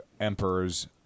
emperors